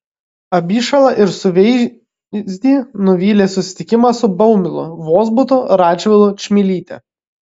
abišalą ir suveizdį nuvylė susitikimas su baumilu vozbutu radžvilu čmilyte